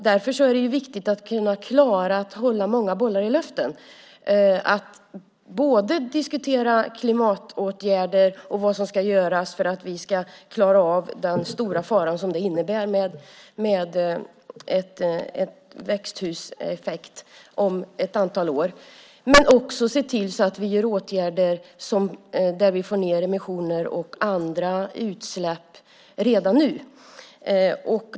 Därför är det viktigt att kunna klara av att hålla många bollar i luften, att både diskutera klimatåtgärder, och vad som ska göras för att klara av den stora fara som det innebär med växthuseffekten om ett antal år, och se till att vi vidtar åtgärder där vi får ned emissioner och andra utsläpp redan nu.